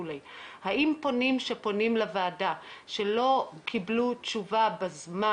האם אנשים שפונים לוועדה שלא קיבלו תשובה בזמן